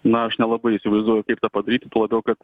na aš nelabai įsivaizduoju kaip tą padaryti tuo labiau kad